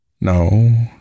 No